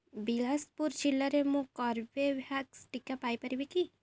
ବିଳାସପୁର ଜିଲ୍ଲାରେ ମୁଁ କର୍ବେଭ୍ୟାକ୍ସ ଟିକା ପାଇ ପାରିବି କି